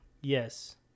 Yes